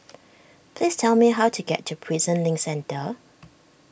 please tell me how to get to Prison Link Centre